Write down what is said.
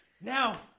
now